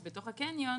אז בתוך הקניון,